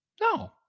No